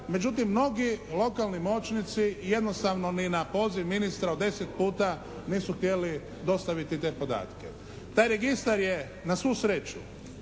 Međutim, mnogi lokalni moćnici jednostavno ni na poziv ministra od deset puta jednostavno nisu htjeli dostaviti te podatke. Taj registar je na svu sreću